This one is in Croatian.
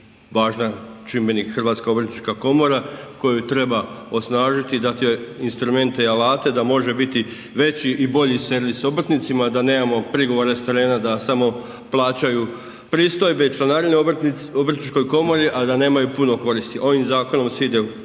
važan čimbenik HOK koja treba osnažiti i dati joj instrumente i alate da može biti veći i bolji servis obrtnicima, da nemamo prigovore s terena da samo plaćaju pristojbe i članarine Obrtničkoj komori, a da nemaju puno koristi. Ovim zakonom se ide u